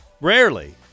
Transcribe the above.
Rarely